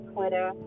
Twitter